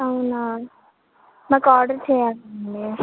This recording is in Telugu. అవునా మాకు ఆర్డర్ చేయాలండి